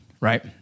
Right